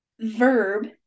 Verb